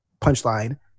punchline